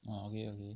orh okay okay